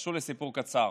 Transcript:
תרשו לי סיפור קצר.